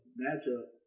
matchup